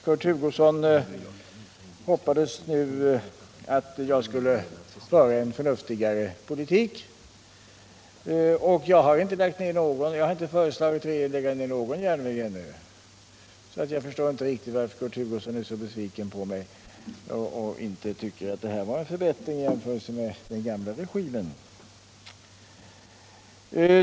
Kurt Hugosson hoppades då att jag skulle föra en förnuftigare politik. Jag har ännu inte föreslagit regeringen att lägga ned någon järnväg och förstår därför inte riktigt varför Kurt Hugosson är så besviken på mig och varför han inte tycker att detta är en förbättring i jämförelse med den gamla regimen.